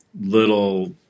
little